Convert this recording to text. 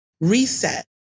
Reset